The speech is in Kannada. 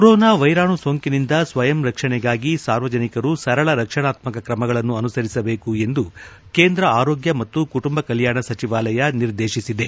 ಕೊರೋನಾ ವೈರಾಣು ಸೋಂಕಿನಿಂದ ಸ್ವಯಂ ರಕ್ಷಣೆಗಾಗಿ ಸಾರ್ವಜನಿಕರು ಸರಳ ರಕ್ಷಣಾತ್ತಕ ಕ್ರಮಗಳನ್ನು ಅನುಸರಿಸಬೇಕು ಎಂದು ಕೇಂದ್ರ ಆರೋಗ್ಯ ಮತ್ತು ಕುಟುಂಬ ಕಲ್ಲಾಣ ಸಚಿವಾಲಯ ನಿರ್ದೇತಿಸಿದೆ